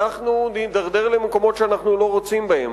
אנחנו נידרדר למקומות שאנחנו לא רוצים בהם.